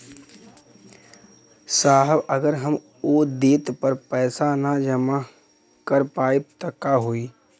साहब अगर हम ओ देट पर पैसाना जमा कर पाइब त का होइ?